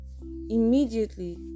immediately